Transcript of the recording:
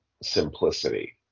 simplicity